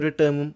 term